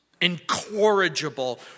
incorrigible